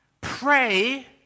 Pray